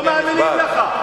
לא מאמינים לך.